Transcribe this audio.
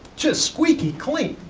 just squeaky clean,